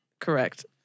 Correct